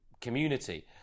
community